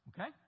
Okay